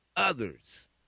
Others